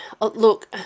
look